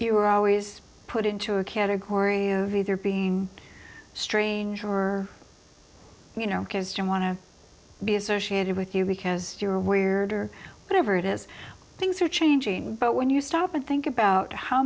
you were always put into a category of either being strange or you know kids don't want to be associated with you because you're weird or whatever it is things are changing but when you stop and think about how